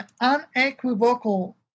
unequivocal